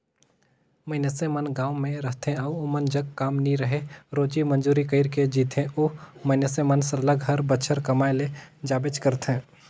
मइनसे मन गाँव में रहथें अउ ओमन जग काम नी रहें रोजी मंजूरी कइर के जीथें ओ मइनसे मन सरलग हर बछर कमाए ले जाबेच करथे